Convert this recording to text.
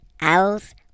owls